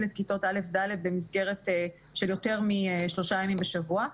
את כיתות א' ד' במסגרת של יותר משלושה ימים בשבוע.